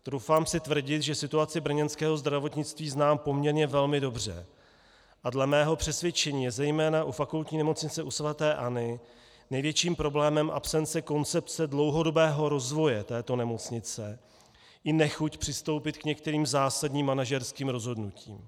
Troufám si tvrdit, že situaci brněnského zdravotnictví znám poměrně velmi dobře a dle mého přesvědčení je zejména u Fakultní nemocnice u svaté Anny největším problémem absence koncepce dlouhodobého rozvoje této nemocnice i nechuť přistoupit k některým zásadním manažerským rozhodnutím.